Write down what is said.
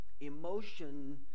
emotion